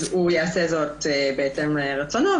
הוא יעשה את זה בהתאם לרצונו,